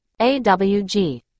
AWG